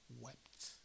wept